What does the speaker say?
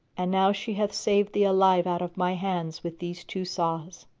and now she hath saved thee alive out of my hands with these two saws.